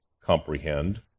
comprehend